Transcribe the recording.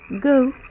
Go